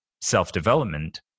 self-development